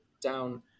down